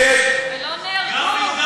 לא, נו,